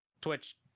Twitch